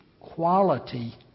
quality